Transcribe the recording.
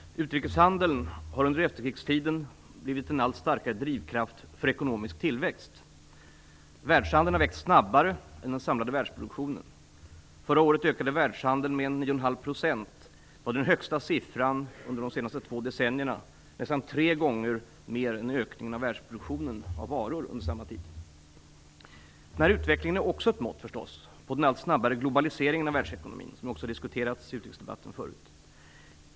Fru talman! Utrikeshandeln har under efterkrigstiden blivit en allt starkare drivkraft för ekonomisk tillväxt. Världshandeln har växt snabbare än den samlade världsproduktionen. Förra året ökade världshandeln med 9,5 %. Det var den högsta siffran under de senaste två decennierna. Världshandeln ökade alltså nästan tre gånger mer än världsproduktionen av varor gjorde under samma tid. Denna utvecklingen är också ett mått på den allt snabbare globaliseringen av världsekonomin, vilket också har diskuterats i utrikesdebatten.